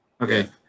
Okay